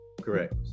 correct